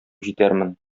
җитәрмен